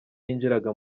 yinjiraga